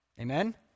Amen